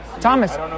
Thomas